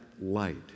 light